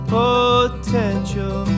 potential